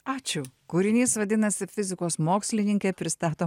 ačiū kūrinys vadinasi fizikos mokslininkė pristato